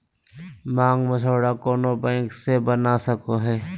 मांग मसौदा कोनो बैंक से बना सको हइ